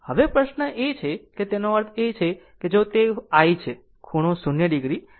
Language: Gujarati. હવે પ્રશ્ન એ છે કે તેનો સ્પષ્ટ અર્થ એ કે જો તે i છે ખૂણો 0 o